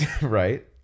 Right